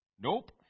Nope